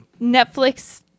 Netflix